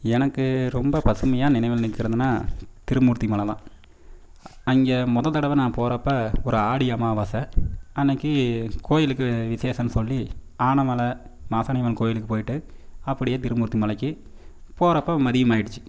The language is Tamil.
எனக்கு ரொம்ப பசுமையாக நினைவில் நிற்கிறதுனா திருமூர்த்தி மலை தான் அங்கே மொதல் தடவை நான் போகிறப்ப ஒரு ஆடி அமாவாசை அன்னைக்கு கோவிலுக்கு விஷேசம்னு சொல்லி யானை மலை மாசாணி அம்மன் கோவிலுக்கு போய்ட்டு அப்படியே திருமூர்த்தி மலைக்கு போகிறப்ப மதியமாகிடுச்சி